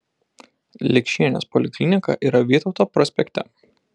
likšienės poliklinika yra vytauto prospekte